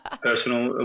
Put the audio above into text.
personal